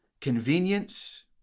Convenience